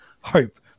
hope